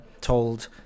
told